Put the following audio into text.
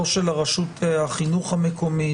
לא של רשות החינוך המקומית,